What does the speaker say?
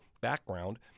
background